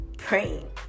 praying